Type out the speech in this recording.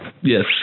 yes